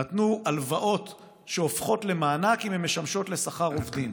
בעולם המערבי נתנו הלוואות שהופכות למענק אם הן משמשות לשכר עובדים,